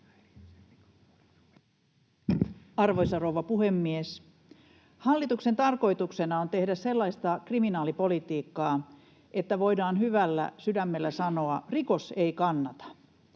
Arvoisa rouva puhemies! Hallituksen tarkoituksena on tehdä sellaista kriminaalipolitiikkaa, että voidaan hyvällä sydämellä sanoa: rikos ei kannata.